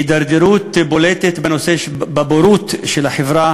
מהידרדרות בולטת, מבורות של החברה